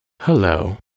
Hello